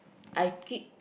I keep